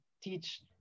teach